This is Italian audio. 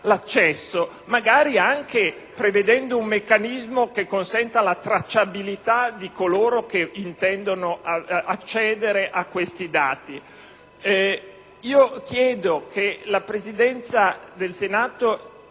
e magari prevedendo un meccanismo che consenta la tracciabilità di coloro che intendono accedere a questi dati. Chiedo che la Presidenza del Senato